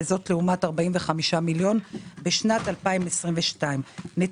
שקלים וזאת לעומת 45 מיליון בשנת 2022. קודם כול,